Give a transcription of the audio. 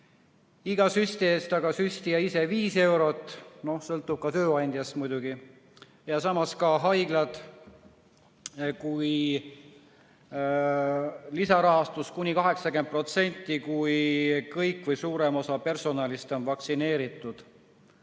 iga süsti eest aga süstija 5 eurot, sõltub tööandjast muidugi. Ja samas ka haiglad saavad lisarahastust kuni 80%, kui kõik või suurem osa personalist on vaktsineeritud.